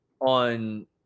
on